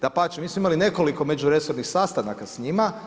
Dapače, mi smo imali nekoliko međuresornih sastanaka s njima.